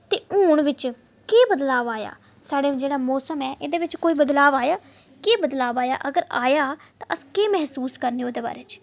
तब हून बिच्च केह् बदलाब आया साढ़ा जेह्ड़ा मौसम ऐ ओह्दे बिच्च कोई बदलाव आया केह् बदलाव आया अगर आया तां अस केह् मैहसूस करने ओह्दे बारे च